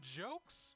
jokes